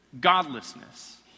godlessness